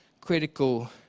critical